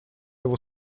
его